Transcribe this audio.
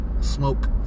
smoke